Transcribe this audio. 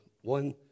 one